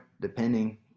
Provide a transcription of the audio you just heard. depending